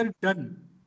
done